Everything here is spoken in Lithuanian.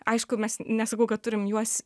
aišku mes nesakau kad turim juos